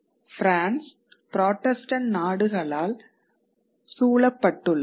France Protestant நாடுகளால் சூழப்பட்டுள்ளது